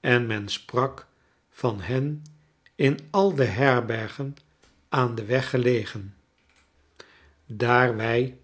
en men sprak van hen in al de herbergen aan den weg gelegen daar wij